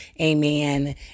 Amen